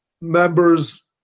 members